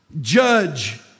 judge